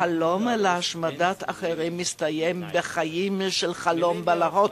החלום להשמדת אחרים מסתיים בחיים של חלום בלהות.